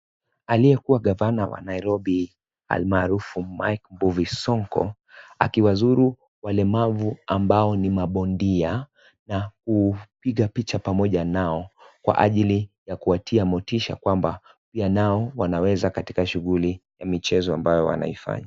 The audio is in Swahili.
Aliyekuwa gavana wa Nairobi almaarufu Mike Mbuvi Sonko, akiwazuru walemavu ambao ni wa bondia na kupiga picha pamoja nao. Kwa ajili ya kuwatia motisha kwamba, pia nao wanaweza katika shughuli ya michezo ambayo wanaifanya.